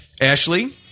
Ashley